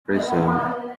pressure